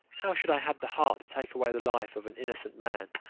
how should i have the heart to take away the life of an innocent man,